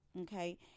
okay